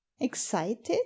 Excited